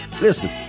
Listen